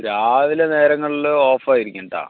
രാവിലെ നേരങ്ങളിൽ ഓഫ് ആയിരിക്കും കേട്ടോ